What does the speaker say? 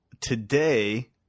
today